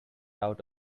out